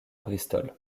bristol